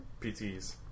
PTs